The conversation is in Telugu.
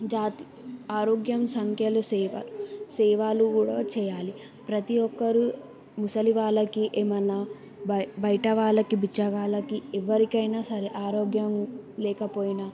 జాత్ ఆరోగ్యం సంఖ్యలు సేవ సేవలు కూడా చేయాలి ప్రతి ఒక్కరు ముసలి వాళ్ళకి ఏమన్నా బై బయట వాళ్ళకి బిచ్చగాళ్ళకి ఎవ్వరికైనా సరే ఆరోగ్యం లేకపోయినా